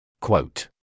Quote